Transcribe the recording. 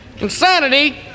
Insanity